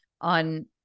on